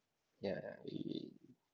ya